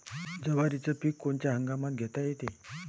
जवारीचं पीक कोनच्या हंगामात घेता येते?